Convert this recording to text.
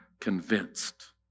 convinced